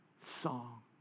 song